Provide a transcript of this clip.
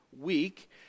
Week